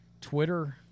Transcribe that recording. Twitter